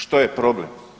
Što je problem?